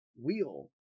wheel